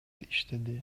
иштеди